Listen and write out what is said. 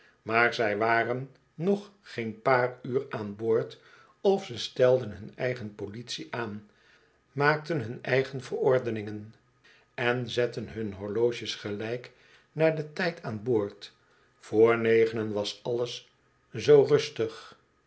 maar zij waren nog geen paar uur aan boord of ze stelden hun eigen politie aan maakten hun eigen verordeningen en zetten hun horloges gelijk naar den tijd aan boord vr negenen was alles zoo rustig